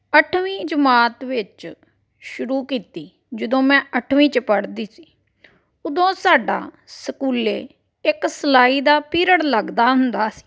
ਅੱਠਵੀਂ ਜਮਾਤ ਵਿੱਚ ਸ਼ੁਰੂ ਕੀਤੀ ਜਦੋਂ ਮੈਂ ਅੱਠਵੀਂ 'ਚ ਪੜ੍ਹਦੀ ਸੀ ਉਦੋਂ ਸਾਡਾ ਸਕੂਲ ਇੱਕ ਸਿਲਾਈ ਦਾ ਪੀਰੀਅਡ ਲੱਗਦਾ ਹੁੰਦਾ